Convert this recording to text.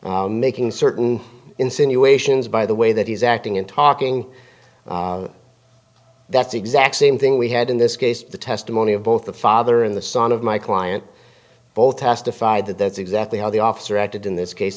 effects making certain insinuations by the way that he's acting and talking that's exact same thing we had in this case the testimony of both the father and the son of my client both testified that that's exactly how the officer acted in this case